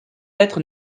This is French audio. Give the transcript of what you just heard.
être